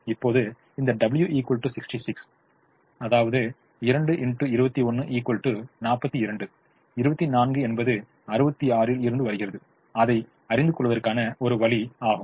இப்போது இந்த W 66 42 24 என்பது 66 இல் இருந்து வருகிறது அதைப் அறிந்து கொள்வதற்காக ஒரு வழி ஆகும்